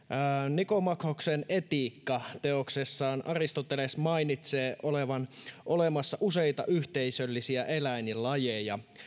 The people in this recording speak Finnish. nikomakhoksen etiikka teoksessaan aristoteles mainitsee olevan olemassa useita yhteisöllisiä eläinlajeja